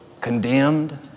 condemned